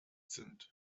sind